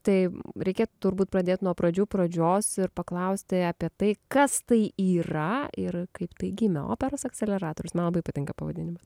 tai reikėtų turbūt pradėt nuo pradžių pradžios ir paklausti apie tai kas tai yra ir kaip tai gimė operos akseleratorius man labai patinka pavadinimas